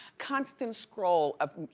constant scroll of